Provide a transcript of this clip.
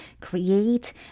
create